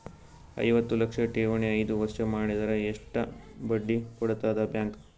ಐವತ್ತು ಲಕ್ಷ ಠೇವಣಿ ಐದು ವರ್ಷ ಮಾಡಿದರ ಎಷ್ಟ ಬಡ್ಡಿ ಕೊಡತದ ಬ್ಯಾಂಕ್?